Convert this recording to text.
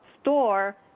store